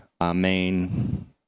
amen